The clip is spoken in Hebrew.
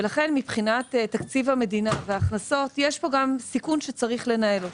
לכן מבחינת תקציב המדינה והכנסות יש פה גם סיכון שצריך לנהל אותו.